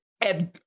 And-